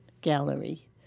Gallery